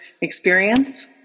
experience